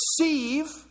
receive